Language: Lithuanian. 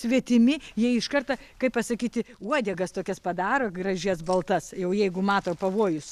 svetimi jie iš karto kaip pasakyti uodegas tokias padaro gražias baltas jau jeigu mato pavojus